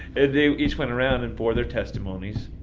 and they each went around and bore their testimonies,